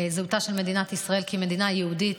זהותה של מדינת ישראל כמדינה יהודית